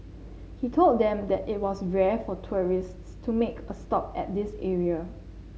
he told them that it was rare for tourists to make a stop at this area